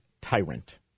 tyrant